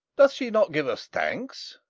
doth she not give us thanks?